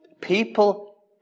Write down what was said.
people